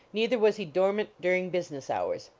neither was he dormant during business hours.